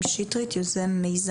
מנהל